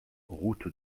route